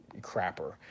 crapper